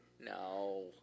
No